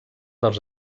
dels